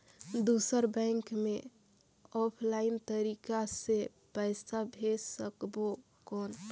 दुसर बैंक मे ऑफलाइन तरीका से पइसा भेज सकबो कौन?